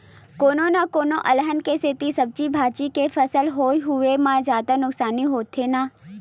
कोनो न कोनो अलहन के सेती सब्जी भाजी के फसल होए हुवाए म जादा नुकसानी होथे न